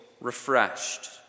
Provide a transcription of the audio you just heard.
refreshed